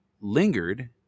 lingered